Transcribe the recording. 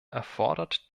erfordert